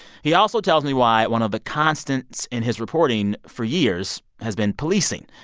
he also tells me why one of the constants in his reporting for years has been policing.